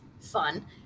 fun